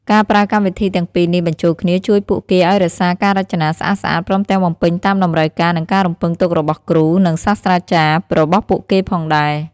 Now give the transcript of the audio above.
ការប្រើកម្មវិធីទាំងពីរនេះបញ្ចូលគ្នាជួយពួកគេឱ្យរក្សាការរចនាស្អាតៗ ព្រមទាំងបំពេញតាមតម្រូវការ និងការរំពឹងទុករបស់គ្រូ និងសាស្ត្រចារ្យរបស់ពួកគេផងដែរ។